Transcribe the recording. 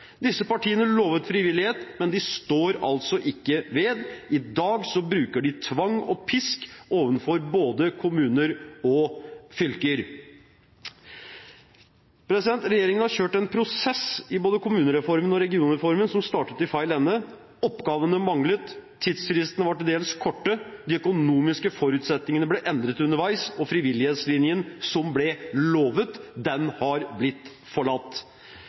Disse partiene lovet frivillighet, men de står altså ikke ved det. I dag bruker de tvang og pisk overfor både kommuner og fylker. Regjeringen har kjørt en prosess i både kommunereformen og regionreformen som startet i feil ende. Oppgavene manglet, tidsfristene var til dels korte, de økonomiske forutsetningene ble endret underveis og frivillighetslinjen som ble lovet, har blitt forlatt.